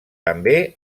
també